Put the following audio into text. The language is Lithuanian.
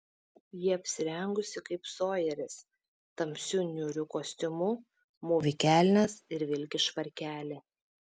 ji apsirengusi kaip sojeris tamsiu niūriu kostiumu mūvi kelnes ir vilki švarkelį